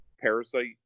parasite